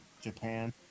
Japan